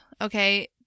okay